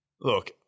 look